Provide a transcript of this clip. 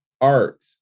art